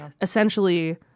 essentially